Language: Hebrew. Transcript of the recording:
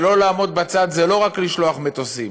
ולא לעמוד בצד זה לא רק לשלוח מטוסים,